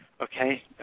Okay